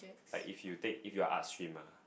like if you take if you're Art stream lah